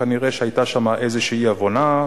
כנראה היתה שם איזו אי-הבנה,